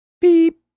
Beep